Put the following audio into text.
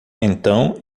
então